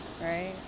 right